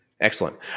Excellent